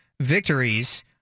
victories